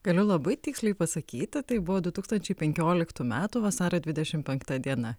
galiu labai tiksliai pasakyti tai buvo du tūkstančiai penkioliktų metų vasario dvidešim penkta diena